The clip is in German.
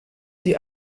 die